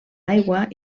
aigua